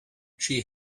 she